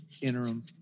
interim